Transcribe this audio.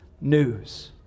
news